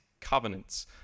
covenants